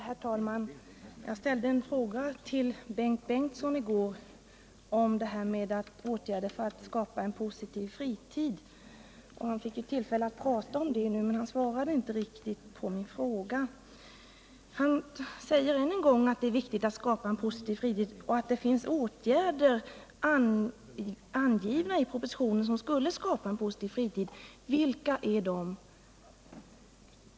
Herr talman! Jag ställde en fråga till Bengt Bengtsson i går om åtgärder för att skapa en positiv fritid. Han fick tillfälle att prata om det nu, men han svarade inte riktigt på min fråga. Han säger än en gång att det är viktigt att skapa en positiv fritid och att det finns åtgärder angivna i propositionen för att göra detta. Vilka är de?